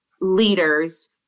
leaders